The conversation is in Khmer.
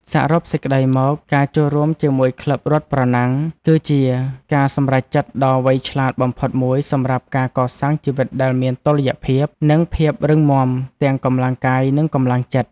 សរុបសេចក្ដីមក ការចូលរួមជាមួយក្លឹបរត់ប្រណាំង គឺជាការសម្រេចចិត្តដ៏វៃឆ្លាតបំផុតមួយសម្រាប់ការកសាងជីវិតដែលមានតុល្យភាព និងភាពរឹងមាំទាំងកម្លាំងកាយនិងកម្លាំងចិត្ត។